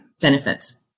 benefits